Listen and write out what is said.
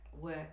work